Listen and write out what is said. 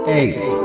eight